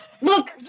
Look